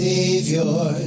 Savior